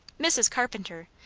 mrs. carpenter,